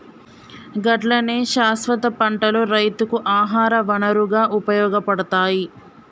గట్లనే శాస్వత పంటలు రైతుకు ఆహార వనరుగా ఉపయోగపడతాయి